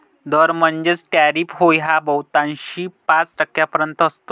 दर म्हणजेच टॅरिफ होय हा बहुतांशी पाच टक्क्यांपर्यंत असतो